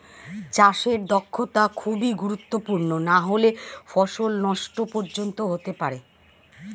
চাষে দক্ষতা খুবই গুরুত্বপূর্ণ নাহলে ফসল নষ্ট পর্যন্ত হতে পারে